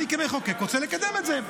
אני כמחוקק רוצה לקדם את זה.